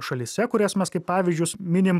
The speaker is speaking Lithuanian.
šalyse kurias mes kaip pavyzdžius minim